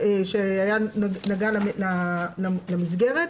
שנגע למסגרת,